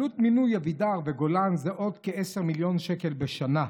עלות מינוי אבידר וגולן זה עוד כ-10 מיליון שקל בשנה.